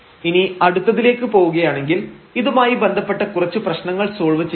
ഇനി അടുത്തതിലേക്ക് പോവുകയാണെങ്കിൽ ഇതുമായി ബന്ധപ്പെട്ട കുറച്ച് പ്രശ്നങ്ങൾ സോൾവ് ചെയ്യാം